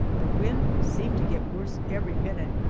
the wind seemed to get worse every minute,